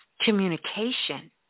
communication